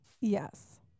Yes